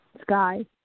sky